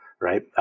right